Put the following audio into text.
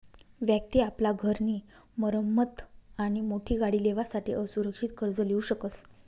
व्यक्ति आपला घर नी मरम्मत आणि मोठी गाडी लेवासाठे असुरक्षित कर्ज लीऊ शकस